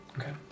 Okay